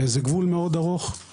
זה גבול מאוד ארוך,